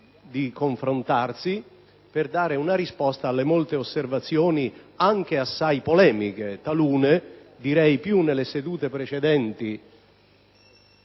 confrontarsi per dare una risposta alle molte osservazioni, talune anche assai polemiche, anche se più nelle sedute precedenti